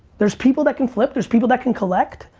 there's people that can flip, there's people that can collect.